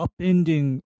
upending